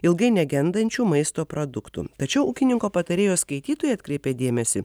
ilgai negendančių maisto produktų tačiau ūkininko patarėjo skaitytojai atkreipė dėmesį